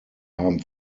haben